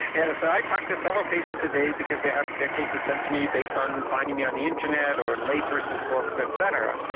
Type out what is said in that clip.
and but i talk to several patients a day because they have their cases sent to me based on finding me on the internet or in layperson's books et cetera.